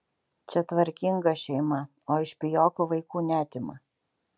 čia tvarkinga šeima o iš pijokų vaikų neatima